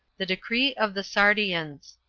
the decree of the sardians.